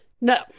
No